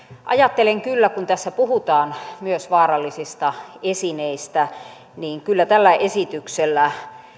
ajattelen kyllä kun tässä puhutaan myös vaarallisista esineistä että tällä esityksellä